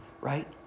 right